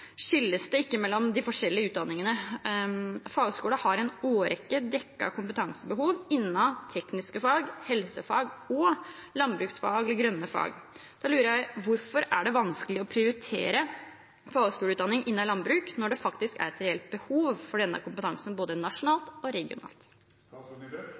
skilles det ikke mellom de forskjellige utdanningene. Fagskolen har i en årrekke dekket kompetansebehov innen tekniske fag, helsefag og landbruksfag / grønne fag. Da lurer jeg på: Hvorfor er det vanskelig å prioritere fagskoleutdanning innen landbruk når det faktisk er et reelt behov for denne kompetansen både